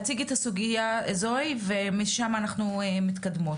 הסוגיה, ומשם נתקדם.